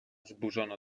zburzono